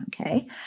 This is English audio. okay